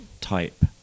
type